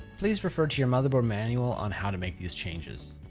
please refer to your motherboard manual on how to make these changes.